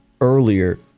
earlier